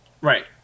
Right